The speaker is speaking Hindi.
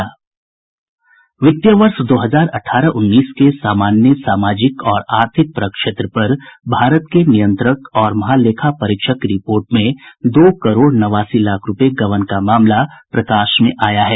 वित्तीय वर्ष दो हजार अठारह उन्नीस के सामान्य सामाजिक और आर्थिक प्रक्षेत्र पर भारत के नियंत्रक और महालेखा परीक्षक की रिपोर्ट में दो करोड़ नवासी लाख रूपये गबन का मामला प्रकाश में आया है